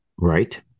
right